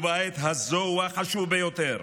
ובעת הזו הוא החשוב ביותר: